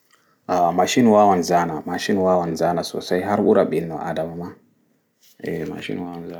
Aa machine wawan zana machine wawan zana sosai har ɓura ɓi aɗama ma